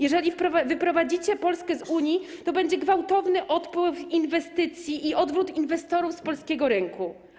Jeżeli wyprowadzicie Polskę z Unii, to będzie gwałtowny odpływ inwestycji i odwrót inwestorów z polskiego rynku.